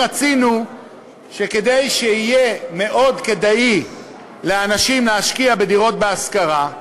רצינו שכדי שיהיה מאוד כדאי לאנשים להשקיע בדירות להשכרה,